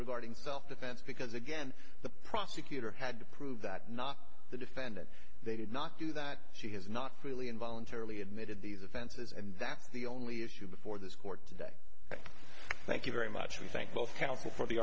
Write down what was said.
regarding self defense because again the prosecutor had to prove that not the defendant they did not do that she has not freely and voluntarily admitted these offenses and that's the only issue before this court today thank you very much we thank both counsel for the